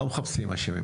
אנחנו לא מחפשים אשמים,